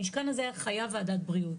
המשכן הזה היה חייב ועדת בריאות,